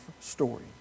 story